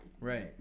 Right